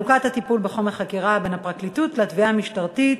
(חלוקת הטיפול בחומר חקירה בין הפרקליטות לתביעה המשטרתית),